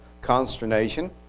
consternation